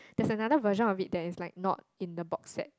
there's another version of it that is like not in the box set